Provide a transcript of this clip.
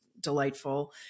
delightful